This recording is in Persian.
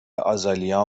آزالیا